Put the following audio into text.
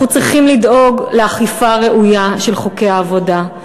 אנחנו צריכים לדאוג לאכיפה ראויה של חוקי העבודה,